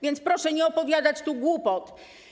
Więc proszę nie opowiadać tu głupot.